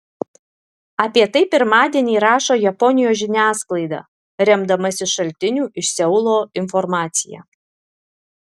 apie tai pirmadienį rašo japonijos žiniasklaida remdamasi šaltinių iš seulo informacija